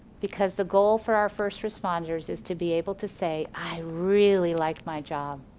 because the goal for our first responders is to be able to say, i really liked my job.